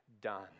done